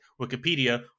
wikipedia